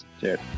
Cheers